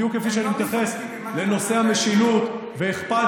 בדיוק כפי שאני מתייחס לנושא המשילות ואכפת